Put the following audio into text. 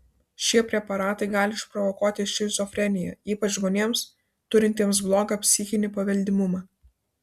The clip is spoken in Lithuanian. šie preparatai gali išprovokuoti šizofreniją ypač žmonėms turintiems blogą psichinį paveldimumą